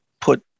put